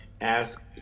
ask